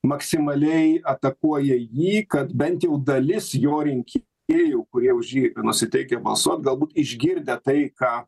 maksimaliai atakuoja jį kad bent jau dalis jo rinkėjų kurie už jį nusiteikę balsuot galbūt išgirdę tai ką